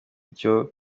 cyo